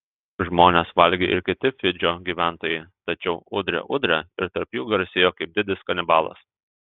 žmones valgė ir kiti fidžio gyventojai tačiau udre udre ir tarp jų garsėjo kaip didis kanibalas